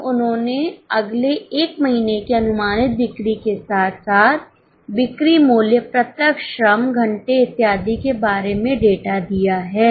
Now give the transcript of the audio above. अब उन्होंने अगले एक महीने की अनुमानित बिक्री के साथ साथ बिक्री मूल्य प्रत्यक्ष श्रम घंटेइत्यादि के बारे में डेटा दिया है